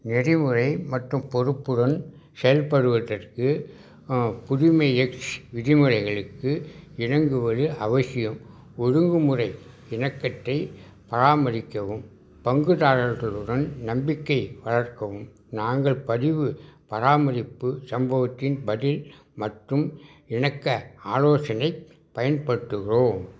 நெறிமுறை மற்றும் பொறுப்புடன் செயல்படுவதற்கு புதுமை எக்ஸ் விதிமுறைகளுக்கு இணங்குவது அவசியம் ஒழுங்குமுறை இணக்கத்தை பராமரிக்கவும் பங்குதாரர்களுடன் நம்பிக்கை வளர்க்கவும் நாங்கள் பதிவு பராமரிப்பு சம்பவத்தின் பதில் மற்றும் இணக்க ஆலோசனை பயன்படுத்துகிறோம்